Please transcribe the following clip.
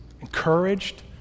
encouraged